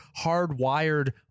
hardwired